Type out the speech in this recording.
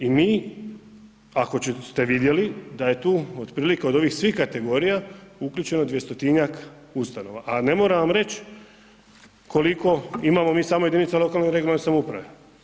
I mi ako ste vidjeli da je tu otprilike od ovih svih kategorija uključeno 200-tinjak ustanova, a ne moram vam reći koliko imamo samo mi jedinica lokalne regionalne samouprave.